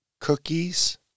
cookies